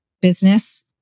business